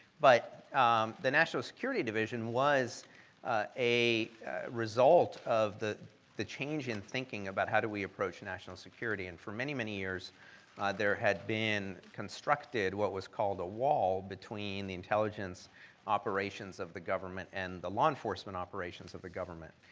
but um the national security division was a result of the the change in thinking about how do we approach national security, and for many, many years there had been constructed what was called a wall between the intelligence operations of the government, and the law enforcement operations of the government.